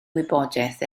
wybodaeth